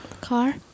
Car